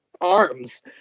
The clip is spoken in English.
arms